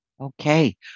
Okay